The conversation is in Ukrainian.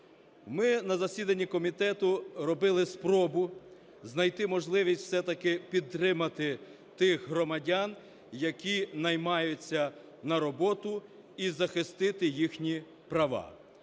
Ми на засіданні комітету робили спробу знайти можливість все-таки підтримати тих громадян, які наймаються на роботу, і захистити їхні права.